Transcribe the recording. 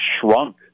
shrunk